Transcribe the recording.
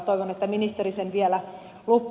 toivon että ministeri sen vielä lupaa